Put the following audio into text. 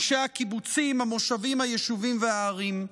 אנשי הקיבוצים, המושבים, היישובים והערים.